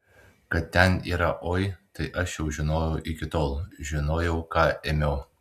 kad ten yra oi tai aš jau žinojau iki tol žinojau ką ėmiau